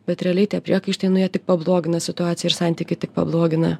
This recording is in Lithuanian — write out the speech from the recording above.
bet realiai tie priekaištai nu jie tik pablogina situaciją ir santykį tik pablogina